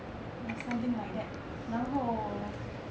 err something like that 然后